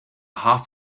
half